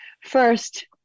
First